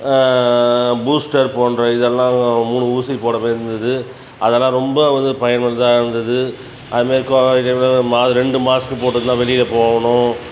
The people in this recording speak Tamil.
பூஸ்டர் போன்ற இதெல்லாம் மூணு ஊசி போடுகிற மாதிரி இருந்தது அதலாம் ரொம்ப வந்து பயனுள்ளதாக இருந்தது அது மாரிக்கு ரெண்டு மாஸ்க்கு போட்டுட்டு தான் வெளியே போகணும்